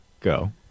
go